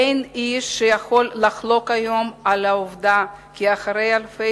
אין איש שיכול לחלוק היום על העובדה כי אחרי אלפי